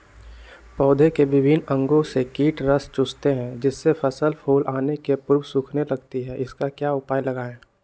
पौधे के विभिन्न अंगों से कीट रस चूसते हैं जिससे फसल फूल आने के पूर्व सूखने लगती है इसका क्या उपाय लगाएं?